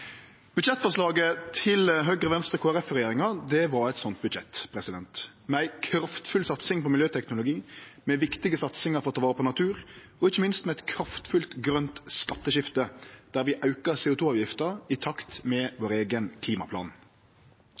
var eit sånt budsjett, med ei kraftfull satsing på miljøteknologi, med viktige satsingar for å ta vare på natur og ikkje minst med eit kraftfullt grønt skatteskifte der vi auka CO 2 -avgifta i takt med vår eigen klimaplan.